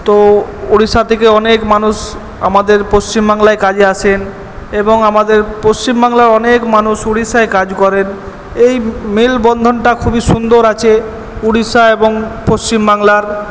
তো উড়িষ্যা থেকে অনেক মানুষ আমাদের পশ্চিমবাংলায় কাজে আসেন এবং আমাদের পশ্চিমবাংলার অনেক মানুষ উড়িষ্যায় কাজ করেন এই মেলবন্ধনটা খুবই সুন্দর আছে উড়িষ্যা এবং পশ্চিমবাংলার